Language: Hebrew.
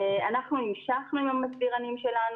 אנחנו המשכנו עם המסבירנים שלנו.